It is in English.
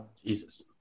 Jesus